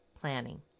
planning